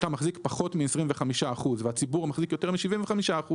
מחזיק בפחות מ-25% והציבור מחזיק יותר מ-75%,